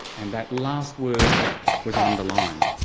and that last word was underlined.